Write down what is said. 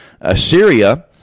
Assyria